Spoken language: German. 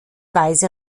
weise